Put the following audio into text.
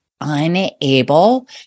unable